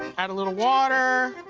add a little water.